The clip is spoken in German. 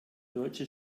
deutsche